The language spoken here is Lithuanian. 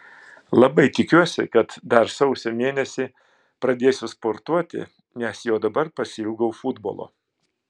labai tikiuosi kad dar sausio mėnesį pradėsiu sportuoti nes jau dabar pasiilgau futbolo